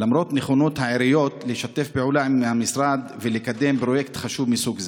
למרות נכונות העיריות לשתף פעולה עם המשרד ולקדם פרויקט חשוב מסוג זה.